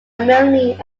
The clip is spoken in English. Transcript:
milne